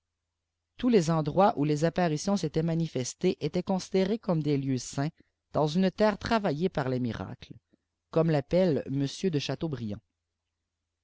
tous les endroits oîi les apparitions s'étaient manifestées étaient considérés comme dés lieux saints dans une terre travaillée par les miracles comme l'appelle m de